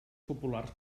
populars